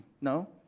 No